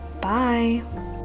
bye